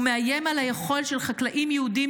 ומאיים על היכולת של חקלאים יהודים